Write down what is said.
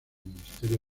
ministerio